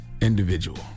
individual